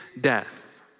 death